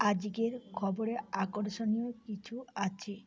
আজকের খবরে আকর্ষণীয় কিছু আছে